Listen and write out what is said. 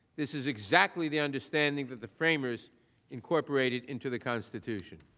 this is exactly the understanding that the framers incorporated into the constitution.